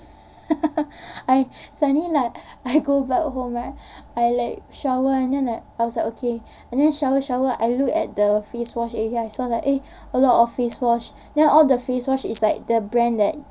I suddenly like I go back home right I like shower and then I was like okay and then shower shower I looked at the face wash area I saw like eh a lot of face wash then all the face wash was like the brand that